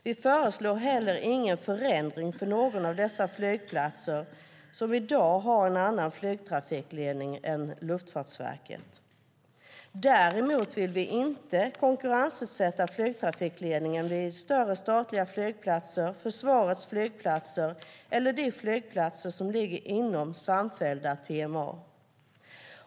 Vi föreslår heller ingen förändring för någon av dessa flygplatser, som i dag har en annan flygtrafikledning än Luftfartsverkets. Däremot vill vi inte konkurrensutsätta flygtrafikledningen vid större statliga flygplatser, försvarets flygplatser eller de flygplatser som ligger inom samfällda TMA.